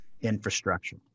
infrastructure